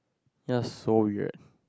you are so weird